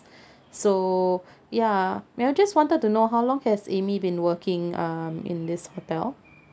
so ya may I just wanted to know how long has amy been working um in this hotel